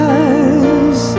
eyes